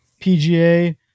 PGA